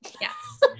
Yes